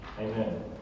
Amen